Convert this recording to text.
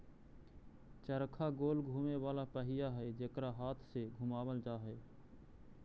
चरखा गोल घुमें वाला पहिया हई जेकरा हाथ से घुमावल जा हई